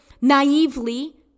naively